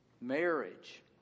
marriage